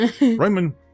roman